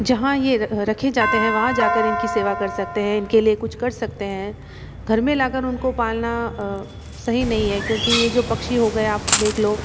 जहाँ ये रखे जाते हैं वहाँ जाकर इनकी सेवा कर सकते हैं इनके लिए कुछ कर सकते हैं घर में लाकर उनको पालना सही नहीं है क्योंकि ये जो पक्षी हो गए आप देख लो